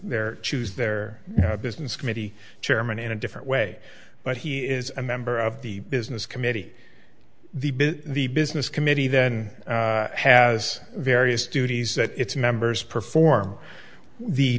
their choose their business committee chairman in a different way but he is a member of the business committee the the business committee then has various duties that its members perform the